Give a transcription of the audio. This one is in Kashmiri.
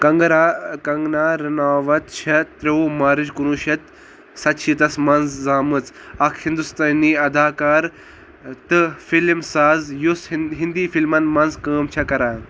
کنگنا کنگنا رناوت چھےٚ تروُہ مارٕچ کُنہٕ وُہ شیٚتھ سَتہٕ شیٖتھ تھس منٛز زامٕژ اکھ ہندوستٲنی اداکار تہٕ فلم سازیُس ہٕندی فلمن منٛز کٲم چھِ کران